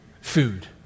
food